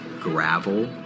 gravel